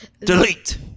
Delete